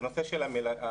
הנושא של המלגות.